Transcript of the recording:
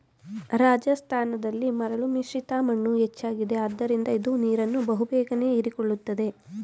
ರಾಜಸ್ಥಾನದಲ್ಲಿ ಮರಳು ಮಿಶ್ರಿತ ಮಣ್ಣು ಹೆಚ್ಚಾಗಿದೆ ಆದ್ದರಿಂದ ಇದು ನೀರನ್ನು ಬಹು ಬೇಗನೆ ಹೀರಿಕೊಳ್ಳುತ್ತದೆ